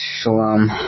Shalom